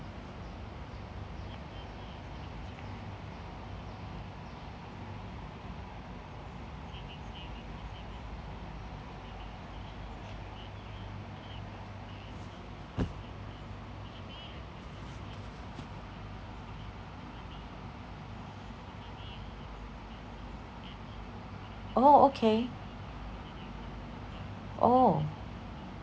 oh okay oh